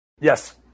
Yes